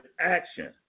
action